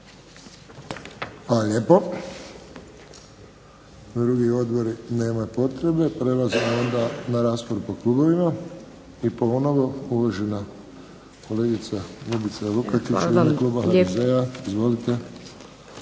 lijepo. Drugi odbor nema potrebe. Prelazimo onda na raspravu po klubovima i ponovno uvažena kolegica Ljubica Lukačić u ime Kluba HDZ-a. Izvolite.